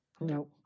No